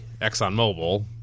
ExxonMobil